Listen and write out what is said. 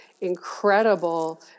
incredible